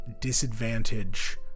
disadvantage